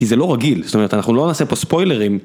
כי זה לא רגיל, זאת אומרת, אנחנו לא נעשה פה ספוילרים.